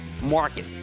market